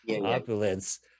opulence